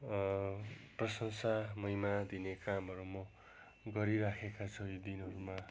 प्रशंसा महिमा दिने कामहरू म गरिराखेका छु यी दिनहरूमा